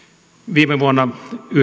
viime vuonna